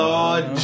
Lord